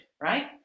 right